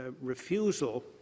refusal